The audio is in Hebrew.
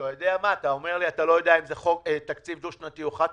אתה אומר לי שאתה לא יודע אם זה תקציב חד-שנתי או דו-שנתי.